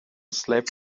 slept